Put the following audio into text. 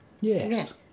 yes